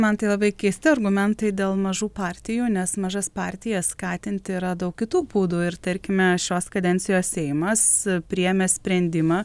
man tai labai keisti argumentai dėl mažų partijų nes mažas partijas skatinti yra daug kitų būdų ir tarkime šios kadencijos seimas priėmė sprendimą